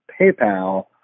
PayPal